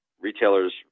retailers